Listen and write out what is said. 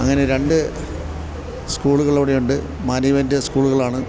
അങ്ങനെ രണ്ട് സ്കൂളുകള് ഇവിടെയുണ്ട് മാനേജ്മെന്റ് സ്കൂളുകളാണ്